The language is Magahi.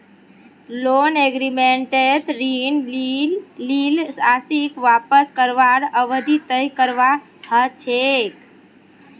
लोन एग्रीमेंटत ऋण लील राशीक वापस करवार अवधि तय करवा ह छेक